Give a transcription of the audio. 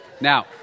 Now